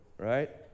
Right